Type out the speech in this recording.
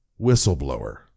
whistleblower